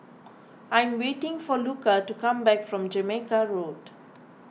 I am waiting for Luca to come back from Jamaica Road